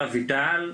אביטל,